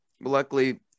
luckily